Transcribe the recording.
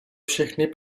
všechny